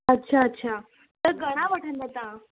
अच्छा अच्छा त घणा वठंदा तव्हां